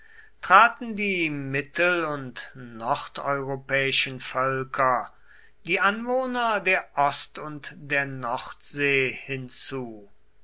traten die mittel und nordeuropäischen völker die anwohner der ost und der nordsee hinzu